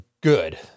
good